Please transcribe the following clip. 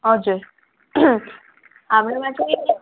हजुर हाम्रोमा चाहिँ